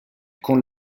con